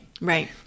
Right